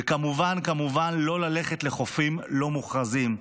וכמובן כמובן, לא ללכת לחופים לא מוכרזים.